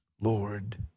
Lord